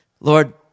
Lord